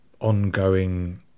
ongoing